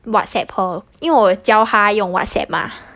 whatsapp her 因为我有教她用 whatsapp 吗